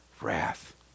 wrath